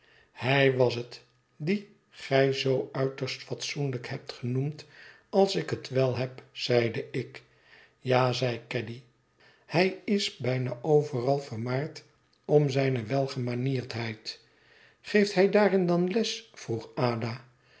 hij was het dien gij zoo uitei'st fatsoenlijk hebt genoemd als ik wel heb zeide ik ja zeide oaddy hij is bijna overal vermaard om zijne welgemanierdheld geeft hij daarin dan les vroeg ada